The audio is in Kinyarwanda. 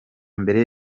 mbere